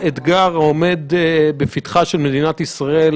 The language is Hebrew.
אני מבין ששמים שלושה מיליון שקל